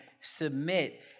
submit